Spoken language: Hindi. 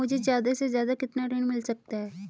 मुझे ज्यादा से ज्यादा कितना ऋण मिल सकता है?